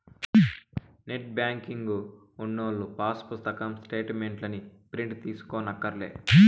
net banking ఉన్నోల్లు pass పుస్తకం స్టేటు మెంట్లుని ప్రింటు తీయించుకోనక్కర్లే